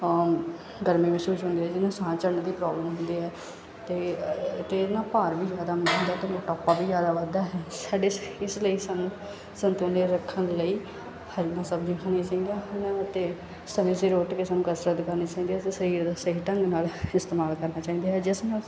ਆ ਗਰਮੀ ਮਹਿਸੂਸ ਹੁੰਦੀ ਆ ਜਿਹਨੂੰ ਸਾਹ ਚੜਨ ਦੀ ਪ੍ਰੋਬਲਮ ਹੁੰਦੀ ਹੈ ਤੇ ਅਤੇ ਇਹਦੇ ਨਾਲ ਭਾਰ ਵੀ ਜ਼ਿਆਦਾ ਹੁੰਦਾ ਅਤੇ ਮੋਟਾਪਾ ਵੀ ਜ਼ਿਆਦਾ ਵੱਧਦਾ ਹੈ ਸਾਡੇ ਇਸ ਲਈ ਸਾਨੂੰ ਸੰਤੁਲਨ ਰੱਖਣ ਦੇ ਲਈ ਹਰੀਆਂ ਸਬਜ਼ੀਆਂ ਖਾਣੀਆ ਚਾਹੀਦੀਆਂ ਹਨ ਅਤੇ ਸਮੇਂ ਸਿਰ ਉੱਠ ਕੇ ਸਾਨੂੰ ਕਸਰਤ ਕਰਨੀ ਚਾਹੀਦੀ ਹੈ ਅਤੇ ਸਰੀਰ ਦਾ ਸਹੀ ਢੰਗ ਨਾਲ ਇਸਤੇਮਾਲ ਕਰਨਾ ਚਾਹੀਦਾ ਹੈ ਜਿਸ ਨਾਲ